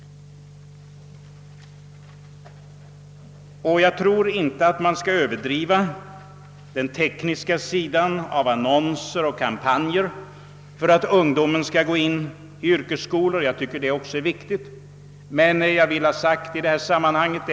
Jag tycker inte att man skall överdriva betydelsen av den tekniska sidan i form av annonser och kampanjer för att ungdomen skall söka sig till yrkesskolorna, ehuru den givetvis inte får underskattas.